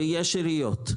יש שם עיריות,